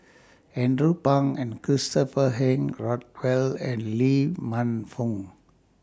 Andrew Phang and Christopher Henry Rothwell and Lee Man Fong